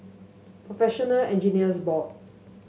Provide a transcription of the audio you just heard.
Professional Engineers Board